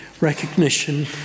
recognition